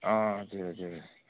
अँ हजुर हजुर